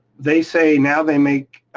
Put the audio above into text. they say now they make